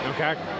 Okay